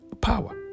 power